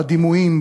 בדימויים,